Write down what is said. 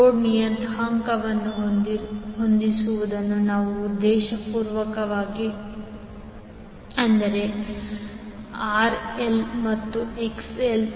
load ನಿಯತಾಂಕವನ್ನು ಹೊಂದಿಸುವುದು ನಮ್ಮ ಉದ್ದೇಶ ಅಂದರೆ ಆರ್ಎಲ್ ಮತ್ತು ಎಕ್ಸ್ಎಲ್